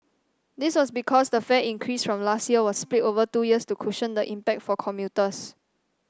this was because the fare increase from last year was split over two years to cushion the impact for commuters